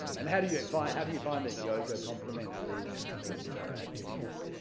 and how do you fight? how do you find that yoga complements these different activities?